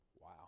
Wow